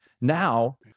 Now